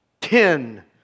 Ten